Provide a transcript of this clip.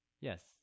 yes